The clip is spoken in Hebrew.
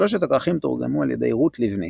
שלושת הכרכים תורגמו על ידי רות לבנית.